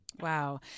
Wow